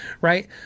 right